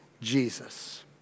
Jesus